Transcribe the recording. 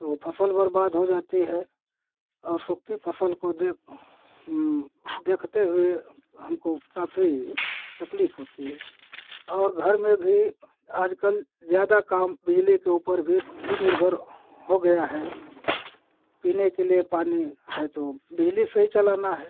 तो फसल बर्बाद हो जाती है और सूखती फसल को देख देखते हुए हमको काफी तकलीफ होती है और घर में भी आजकल ज़्यादा काम बिजली के ऊपर भी ही निर्भर हो गया है पीने के लिए पानी है तो बिजली से ही चलाना है